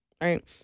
right